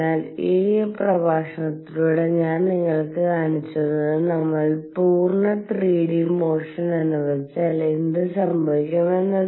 അതിനാൽ ഈ പ്രഭാഷണത്തിലൂടെ ഞാൻ നിങ്ങൾക്ക് കാണിച്ചുതന്നത് നമ്മൾ പൂർണ്ണ 3 ഡി മോഷൻ അനുവദിച്ചാൽ എന്ത് സംഭവിക്കും